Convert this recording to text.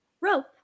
Rope